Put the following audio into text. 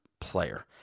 player